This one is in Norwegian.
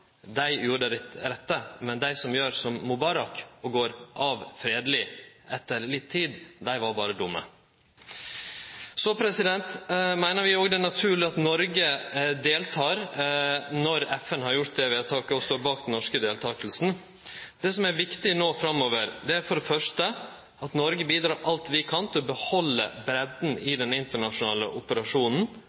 gjorde det rette, mens dei som gjer som Mubarak og går av fredeleg etter litt tid, var berre dumme. Så meiner vi at det er naturleg at Noreg deltek når FN har gjort det vedtaket, og vi står bak den norske deltakinga. Det som er viktig no framover, er for det første at Noreg bidreg alt vi kan til å behalde breidda i den internasjonale operasjonen